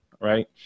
Right